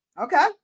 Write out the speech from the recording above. Okay